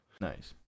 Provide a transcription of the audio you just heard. nice